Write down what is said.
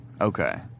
Okay